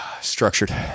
structured